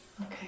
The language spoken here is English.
Okay